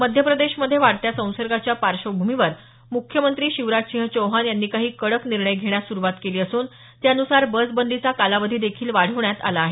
मध्य प्रदेशमध्ये वाढत्या संसर्गाच्या पार्श्वभूमीवर मुख्यमंत्री शिवराजसिंह चौहान यांनी काही कडक निर्णय घेण्यास सुरूवात केली असून त्यानुसार बस बंदीचा कालावधी देखील वाढवण्यात आला आहे